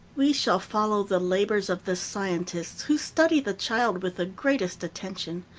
we shall follow the labors of the scientists who study the child with the greatest attention,